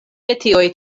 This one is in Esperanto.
metioj